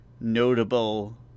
notable